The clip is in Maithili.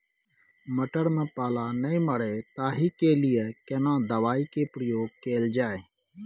मटर में पाला नैय मरे ताहि के लिए केना दवाई के प्रयोग कैल जाए?